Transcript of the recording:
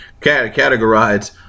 categorize